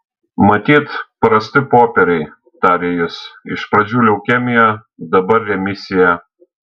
matyt prasti popieriai tarė jis iš pradžių leukemija dabar remisija